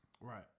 right